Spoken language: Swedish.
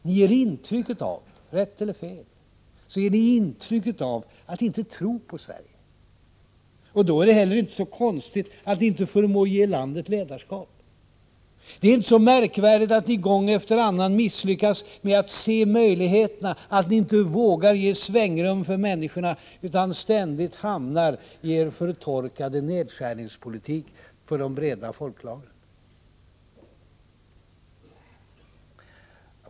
Ni ger — riktigt eller felaktigt — intryck av att inte tro på Sverige, och då är det inte heller så konstigt att ni icke förmår ge landet ledarskap. Det är inte så märkligt att ni gång efter annan misslyckas med att se möjligheterna, att ni inte vågar ge svängrum för människorna, utan ständigt hamnar i er förtorkade nedskärningspolitik för de breda folklagren.